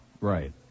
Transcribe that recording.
Right